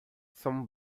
some